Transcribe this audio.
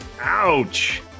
ouch